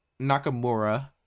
nakamura